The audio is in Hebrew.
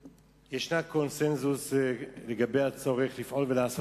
יש קונסנזוס לגבי הצורך לפעול ולעשות